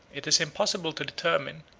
it is impossible to determine,